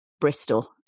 Bristol